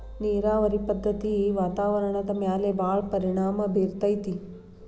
ನೇರಾವರಿ ಪದ್ದತಿ ವಾತಾವರಣದ ಮ್ಯಾಲ ಭಾಳ ಪರಿಣಾಮಾ ಬೇರತತಿ